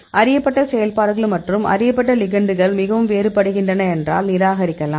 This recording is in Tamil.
அறியப்பட்ட செயல்பாடுகள் மற்றும் அறியப்பட்ட லிகெண்டுகள் மிகவும் வேறுபடுகின்றன என்றால் நிராகரிக்கலாம்